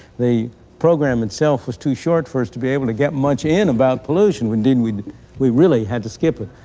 the program itself was too short for us to be able to get much in about pollution. indeed, we really had to skip it,